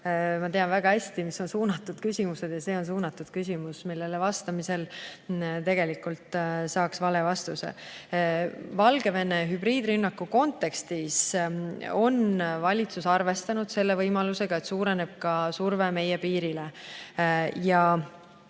ma tean väga hästi, mis on suunatud küsimused, ja see on suunatud küsimus, millele vastamisel tegelikult saaks vale vastuse. Valgevene hübriidrünnaku kontekstis on valitsus arvestanud selle võimalusega, et suureneb ka surve meie piirile.